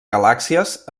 galàxies